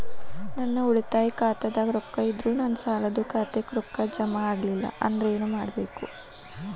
ನನ್ನ ಉಳಿತಾಯ ಖಾತಾದಾಗ ರೊಕ್ಕ ಇದ್ದರೂ ನನ್ನ ಸಾಲದು ಖಾತೆಕ್ಕ ರೊಕ್ಕ ಜಮ ಆಗ್ಲಿಲ್ಲ ಅಂದ್ರ ಏನು ಮಾಡಬೇಕು?